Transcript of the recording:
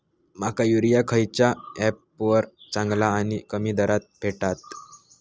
माका युरिया खयच्या ऍपवर चांगला आणि कमी दरात भेटात?